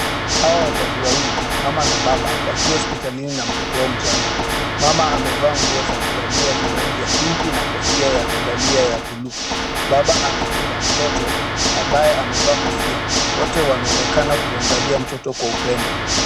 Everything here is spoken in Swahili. Hawa wazazi wawili, mama na baba wakiwa hospitalini na mtoto wao mchanga. Mama amevaa nguo za kulalia za rangi ya pinki na kofia ya kulalia ya buluu. Baba amebeba mtoto ambaye amevaa kofia ,wote wanaonekana kumwangalia mtoto kwa upendo.